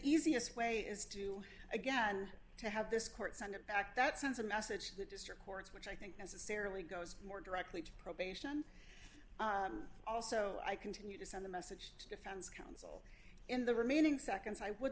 easiest way is to again to have this court send it back that sends a message to the district courts which i think necessarily goes more directly to probation also i continue to send the message to defense counsel in the remaining seconds i would